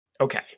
Okay